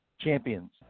champions